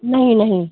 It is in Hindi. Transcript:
नहीं नहीं